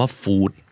food